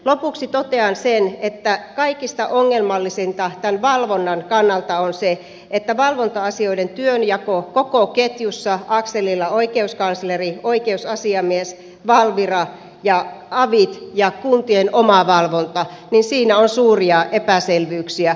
lopuksi totean sen että kaikista ongelmallisinta tämän valvonnan kannalta on se että valvonta asioiden työnjaossa koko ketjussa akselilla oikeuskansleri oikeusasiamies valvira ja avit ja kuntien oma valvonta on suuria epäselvyyksiä